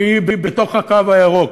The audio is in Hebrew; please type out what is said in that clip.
שהיא בתוך הקו הירוק.